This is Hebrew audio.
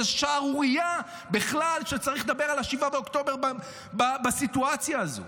זו שערורייה בכלל שצריך לדבר על 7 באוקטובר בסיטואציה הזו,